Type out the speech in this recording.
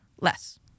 less